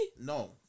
No